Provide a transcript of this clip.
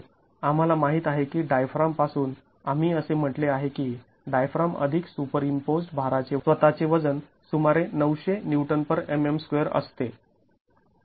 आम्हाला माहित आहे की डायफ्राम पासून आम्ही असे म्हटले आहे की डायफ्राम अधिक सुपरइम्पोज्ड् भाराचे स्वतःचे वजन सुमारे ९०० Nmm2 असते